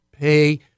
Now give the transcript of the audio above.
pay